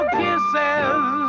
kisses